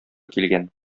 килгән